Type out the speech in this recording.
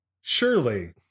surely